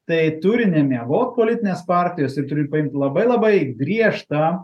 tai turi nemiegot politinės partijos ir turi paimt labai labai griežtą